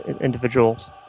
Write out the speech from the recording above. individuals